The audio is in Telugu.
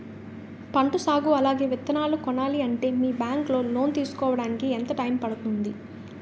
పంట సాగు అలాగే విత్తనాలు కొనాలి అంటే మీ బ్యాంక్ లో లోన్ తీసుకోడానికి ఎంత టైం పడుతుంది?